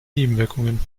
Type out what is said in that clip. nebenwirkungen